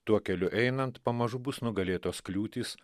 tuo keliu einant pamažu bus nugalėtos kliūtys